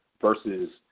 versus